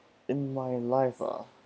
in my life ah